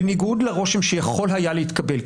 בניגוד לרושם שיכול היה להתקבל,